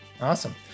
Awesome